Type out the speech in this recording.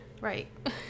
right